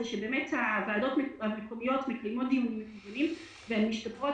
שהוועדות המקומיות מקיימות דיונים מקוונים והן משתפרות